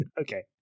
okay